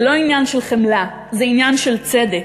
זה לא עניין של חמלה, זה עניין של צדק.